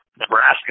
Nebraska